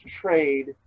trade